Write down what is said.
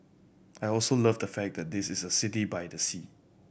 I also love the fact that it is a city by the sea